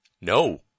No